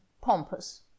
pompous